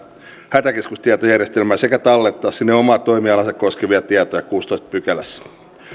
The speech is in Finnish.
hätäkeskustietojärjestelmää sekä tallettaa sinne omaa toimialaansa koskevia tietoja näin kuudennessatoista pykälässä